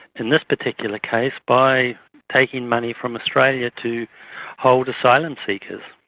in this particular case by taking money from australia to hold asylum seekers.